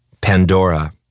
Pandora